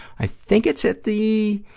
i think it's at the,